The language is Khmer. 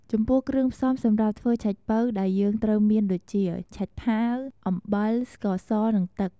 ចំពោះគ្រឿងផ្សំសម្រាប់ធ្វើឆៃប៉ូវដែលយេីងត្រូវមានដូចជា ឆៃថាវ អំបិល ស្ករស និង ទឹក។